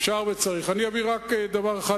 אביא רק דבר אחד,